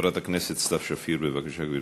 חברת הכנסת סתיו שפיר, בבקשה, גברתי.